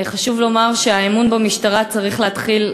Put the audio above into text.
חשוב לומר שהאמון במשטרה צריך להתחיל,